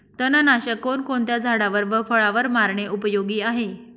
तणनाशक कोणकोणत्या झाडावर व फळावर मारणे उपयोगी आहे?